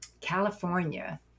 California